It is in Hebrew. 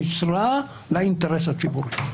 המייעצת לגבי טוהר מידות במינוי או הסרה ממינוי,